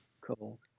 Cool